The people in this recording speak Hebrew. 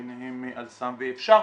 ביניהן "אל סם" ו"אפשר",